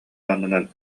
аннынан